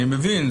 אני מבין,